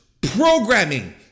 programming